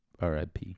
RIP